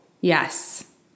Yes